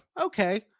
okay